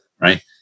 Right